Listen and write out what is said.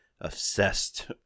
obsessed